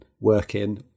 working